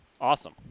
Awesome